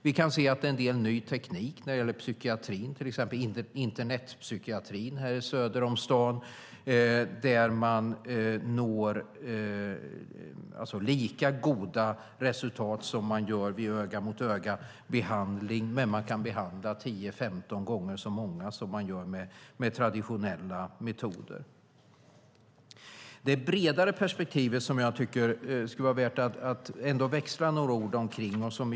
Det finns en del ny teknik när det gäller psykiatrin, till exempel internetpsykiatrin söder om staden, där man når lika goda resultat som man gör i öga-mot-öga-behandling, men man kan behandla 10-15 gånger så många som man gör med traditionella metoder. Jag tycker att det skulle vara värt att växla några ord om det bredare perspektivet.